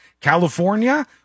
California